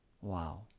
Wow